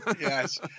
Yes